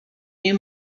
new